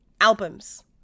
albums